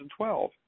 2012